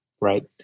Right